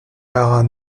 haras